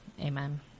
Amen